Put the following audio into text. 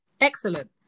Excellent